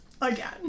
Again